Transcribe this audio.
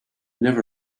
never